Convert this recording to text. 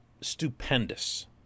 stupendous